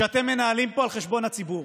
שאתם מנהלים פה על חשבון הציבור,